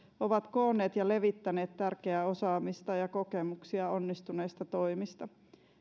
ovat koonneet ja levittäneet tärkeää osaamista ja kokemuksia onnistuneista toimista